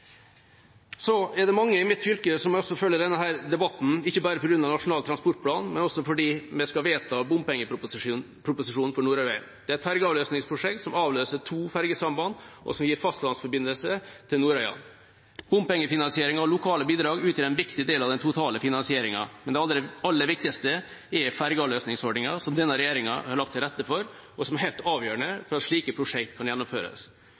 Det er mange i mitt fylke som følger denne debatten, ikke bare på grunn av Nasjonal transportplan, men også fordi vi skal vedta bompengeproposisjonen for Nordøyvegen. Det er et ferjeavløsningsprosjekt som avløser to ferjesamband, og som gir fastlandsforbindelse til Nordøyane. Bompengefinansiering og lokale bidrag utgjør en viktig del av den totale finansieringen, men det aller viktigste er ferjeavløsningsordningen som denne regjeringa har lagt til rette for, og som er helt avgjørende for at slike prosjekt kan gjennomføres.